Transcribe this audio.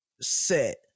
set